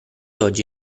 oggi